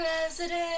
President